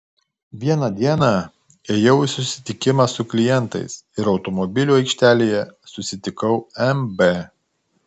vieną dieną ėjau į susitikimą su klientais ir automobilių aikštelėje susitikau mb